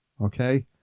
Okay